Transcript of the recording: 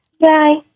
Bye